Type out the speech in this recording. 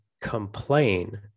complain